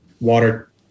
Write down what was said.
water